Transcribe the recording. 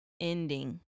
ending